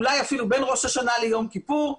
אולי אפילו בין ראש השנה ליום כיפור,